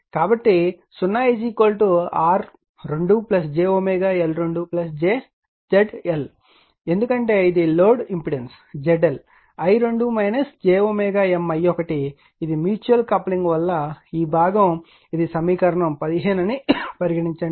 కాబట్టి 0 R2 j L2 ZL ఎందుకంటే ఇది load impedance ZL i2 j M i1 ఇది మ్యూచువల్ కప్లింగ్ వల్ల ఈ భాగం ఇది సమీకరణం 15 అని పరిగణించండి